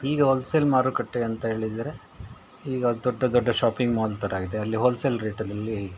ಈಗ ಹೋಲ್ಸೇಲ್ ಮಾರುಕಟ್ಟೆ ಅಂತ ಹೇಳಿದರೆ ಈಗ ದೊಡ್ಡ ದೊಡ್ಡ ಶಾಪಿಂಗ್ ಮಾಲ್ ಥರ ಇದೆ ಅಲ್ಲಿ ಹೋಲ್ಸೇಲ್ ರೇಟ್ನಲ್ಲಿ